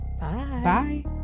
Bye